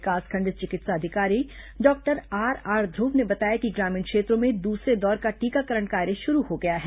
विकासखंड चिकित्सा अधिकारी डॉक्टर आरआर ध्र्व ने बताया कि ग्रामीण क्षेत्रों में दूसरे दौर का टीकाकरण कार्य शुरू हो गया है